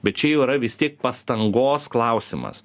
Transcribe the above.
bet čia jau yra vis tiek pastangos klausimas